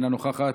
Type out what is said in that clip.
אינה נוכחת,